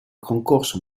concorso